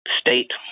state